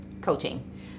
Coaching